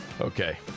Okay